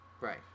Right